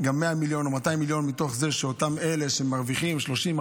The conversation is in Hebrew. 100 מיליון או 200 מיליון מתוך זה של אותם אלה שמרוויחים 30,000,